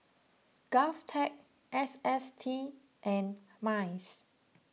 Govtech S S T and Mice